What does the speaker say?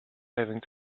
saving